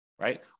right